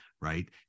Right